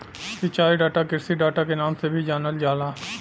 सिंचाई डाटा कृषि डाटा के नाम से भी जानल जाला